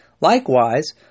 Likewise